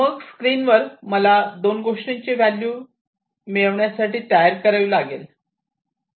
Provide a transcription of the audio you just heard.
मग स्क्रीनवर मला दोन गोष्टींची व्हॅल्यू मिळवण्यासाठी तयारी करावी लागेल